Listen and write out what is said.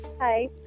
Hi